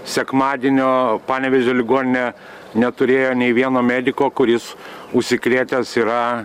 sekmadienio panevėžio ligoninė neturėjo nei vieno mediko kuris užsikrėtęs yra